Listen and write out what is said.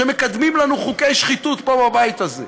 שמקדמים לנו חוקי שחיתות פה בבית הזה,